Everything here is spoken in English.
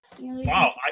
Wow